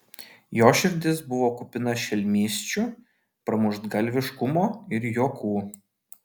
jo širdis buvo kupina šelmysčių pramuštgalviškumo ir juokų